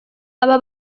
aba